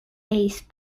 ace